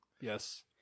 Yes